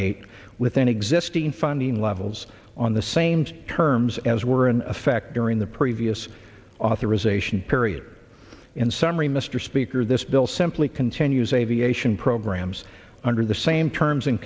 eight within existing funding levels on the same terms as were in effect during the previous authorization period in summary mr speaker this bill simply continues aviation programs under the same terms and